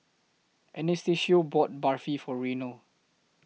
Anastacio bought Barfi For Reynold